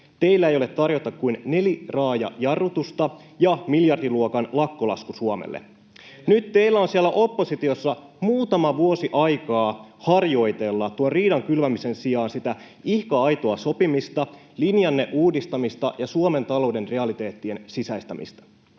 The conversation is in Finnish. teillä ei ole tarjota kuin neliraajajarrutusta ja miljardiluokan lakkolasku Suomelle. [Timo Harakka: Ennätystyöllisyys!] Nyt teillä on siellä oppositiossa muutama vuosi aikaa harjoitella tuon riidan kylvämisen sijaan sitä ihka aitoa sopimista, linjanne uudistamista ja Suomen talouden realiteettien sisäistämistä.